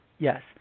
Yes